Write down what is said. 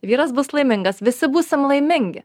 vyras bus laimingas visi būsim laimingi